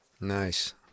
Nice